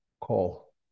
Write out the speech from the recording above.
call